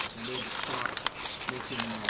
we need to stop making